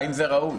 האם זה ראוי?